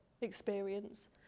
experience